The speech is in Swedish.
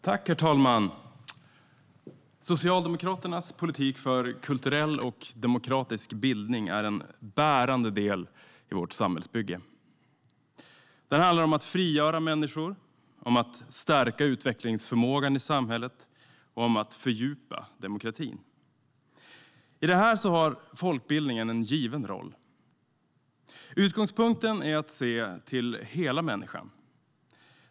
Herr talman! Socialdemokraternas politik för kulturell och demokratisk bildning är en bärande del i vårt samhällsbygge. Den handlar om att frigöra människor, stärka utvecklingsförmågan i samhället och fördjupa demokratin. I detta har folkbildningen en given roll. Utgångspunkten är att se till hela människan.